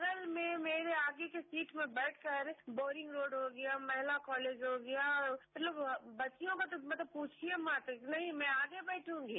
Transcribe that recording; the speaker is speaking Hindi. बगल में मेरे आगे के सीट पर बैठ कर बोरिंग रोड हो गया महिला कॉलेज हो गया मतलब बच्चियों को पूछिये मत नहीं मैं आगे बैठुंगी